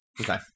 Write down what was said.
Okay